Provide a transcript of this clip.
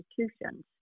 institutions